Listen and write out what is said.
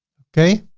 okay.